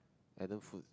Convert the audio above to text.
Adam food